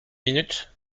minute